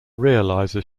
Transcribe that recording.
realises